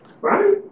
right